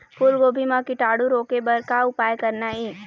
फूलगोभी म कीटाणु रोके बर का उपाय करना ये?